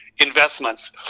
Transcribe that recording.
investments